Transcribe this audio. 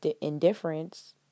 indifference